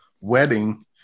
wedding